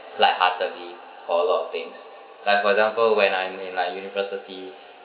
lightheartedly for a lot of things like for example when I'm in like university